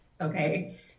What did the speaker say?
okay